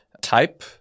type